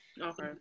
Okay